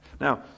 Now